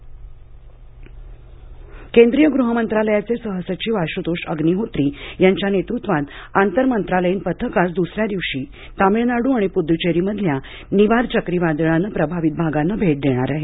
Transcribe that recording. तामिळनाड केंद्रीय पथक केंद्रीय गृह मंत्रालयाचे सहसचिव आशुतोष अग्निहोत्री यांच्या नेतृत्वात आंतर मंत्रालयीन पथक आज दुसऱ्या दिवशी तामिळनाडू आणि पुद्द्वेरीमधील निवार चक्रीवादळाने प्रभावित भागांना भेट देणार आहेत